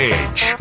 Edge